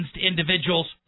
individuals